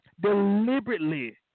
deliberately